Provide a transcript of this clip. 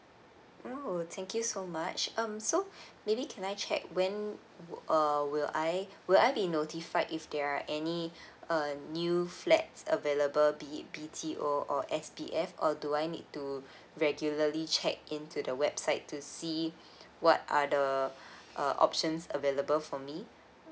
oh thank you so much um so maybe can I check when err will I will I be notified if there are any uh new flats available B B_T_O or S_B_F or do I need to regularly check in to the website to see what are the uh a options available for me